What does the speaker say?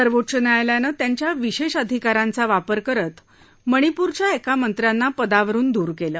सर्वोच्च न्यायालयाने त्यांच्या विशेष अधिकारांचा वापर करत मणिपूरच्या एका मंत्र्यांना पदावरून दूर केल